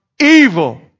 evil